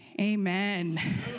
amen